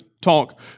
talk